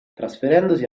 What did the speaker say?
trasferendosi